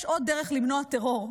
יש עוד דרך למנוע טרור.